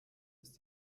ist